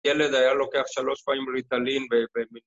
ילד היה לוקח שלוש פעמים ריטלין ו...